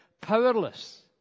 powerless